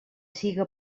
siga